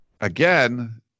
again